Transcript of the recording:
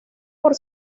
por